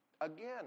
Again